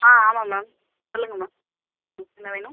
ஆ ஆமாம் மேம் சொல்லுங்கள் மேம் ம் என்ன வேணும்